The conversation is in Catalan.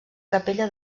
capella